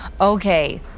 Okay